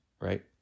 right